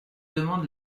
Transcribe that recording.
demande